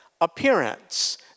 appearance